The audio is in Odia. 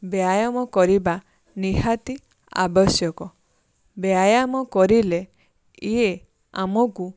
ବ୍ୟାୟାମ କରିବା ନିହାତି ଆବଶ୍ୟକ ବ୍ୟାୟାମ କରିଲେ ଇଏ ଆମକୁ